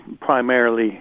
primarily